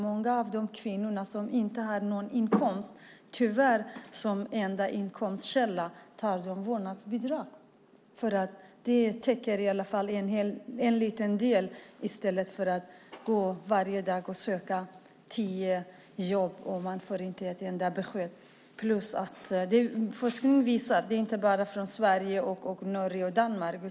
Många av de kvinnor som inte har någon annan inkomst tar tyvärr vårdnadsbidraget som enda inkomstkälla. Det täcker i alla fall en liten del. Annars får de gå varenda dag och söka tiotals jobb utan att få ett enda besked. Det finns forskning om detta, inte bara från Sverige, utan även från Norge och Danmark.